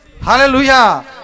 Hallelujah